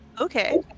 Okay